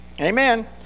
amen